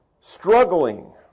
struggling